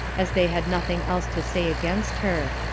as they had nothing else to say against her.